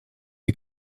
est